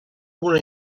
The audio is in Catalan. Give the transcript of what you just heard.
una